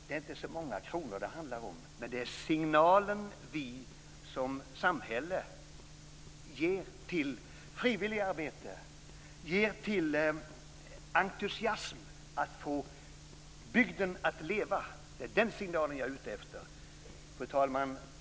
Det är inte så många kronor det handlar om, men det är den signal vi som samhälle ger till frivilligarbete och till entusiasm att få bygden att leva som jag är ute efter. Fru talman!